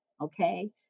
okay